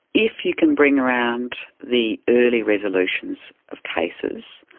if you can bring around the early resolutions of cases,